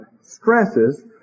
stresses